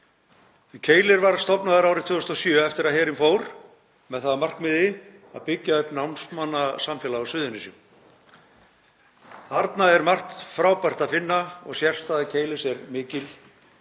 Keilir var stofnaður árið 2007 eftir að herinn fór, með það að markmiði að byggja upp námsmannasamfélag á Suðurnesjum. Þarna er margt frábært að finna og sérstaða Keilis er mikil,